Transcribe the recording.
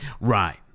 Right